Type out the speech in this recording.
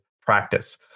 practice